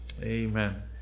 Amen